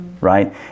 right